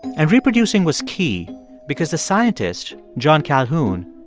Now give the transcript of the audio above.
and reproducing was key because the scientist, john calhoun,